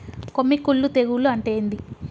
కొమ్మి కుల్లు తెగులు అంటే ఏంది?